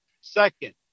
Second